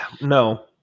no